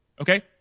okay